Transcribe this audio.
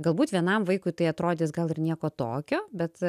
galbūt vienam vaikui tai atrodys gal ir nieko tokio bet